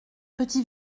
petit